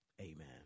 Amen